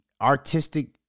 artistic